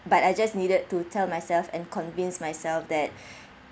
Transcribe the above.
but I just needed to tell myself and convinced myself that